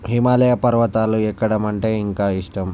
హిమాలయ పర్వతాలు ఎక్కడమంటె ఇంకా ఇష్టం